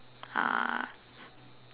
uh